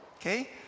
Okay